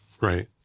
Right